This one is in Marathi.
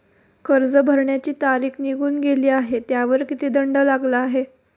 कर्ज भरण्याची तारीख निघून गेली आहे त्यावर किती दंड लागला आहे?